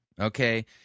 okay